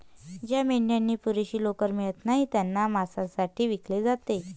ज्या मेंढ्यांना पुरेशी लोकर मिळत नाही त्यांना मांसासाठी विकले जाते